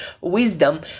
wisdom